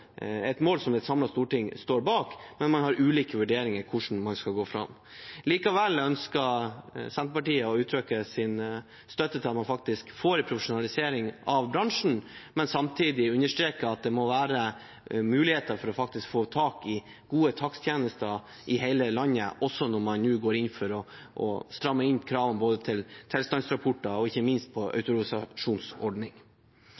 som et samlet storting står bak. Men man har ulike vurderinger av hvordan man skal gå fram. Likevel ønsker Senterpartiet å uttrykke støtte til at man faktisk får en profesjonalisering av bransjen, men understreker samtidig at det må være muligheter for faktisk å få tak i gode taksttjenester i hele landet, også når man nå går inn for å stramme inn kravene både til tilstandsrapporter og ikke minst